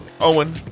owen